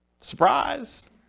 Surprise